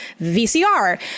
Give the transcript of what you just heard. VCR